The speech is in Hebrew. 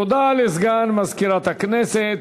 תודה לסגן מזכירת הכנסת.